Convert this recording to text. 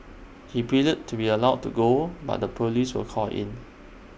he pleaded to be allowed to go but the Police were called in